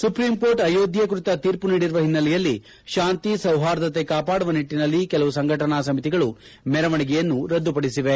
supreme court Ayodhya ಕುರಿತ ೀರ್ಮ ನೀಡಿರುವ ಹಿನ್ನೆಲೆಯಲ್ಲಿ ಶಾಂತಿ ಸೌಹಾರ್ಧತೆ ಕಾಪಾಡುವ ನಿಟ್ಟನಲ್ಲಿ ಕೆಲವು ಸಂಘಟನಾ ಸಮಿತಿಗಳು ಮೆರವಣಿಗೆಯನ್ನು ರದ್ದು ಪಡಿಸಿವೆ